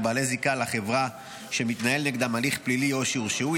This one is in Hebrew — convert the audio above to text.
בעלי זיקה לחברה שמתנהל נגדם הליך פלילי או שהורשעו,